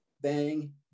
bang